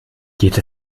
geht